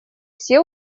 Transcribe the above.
свои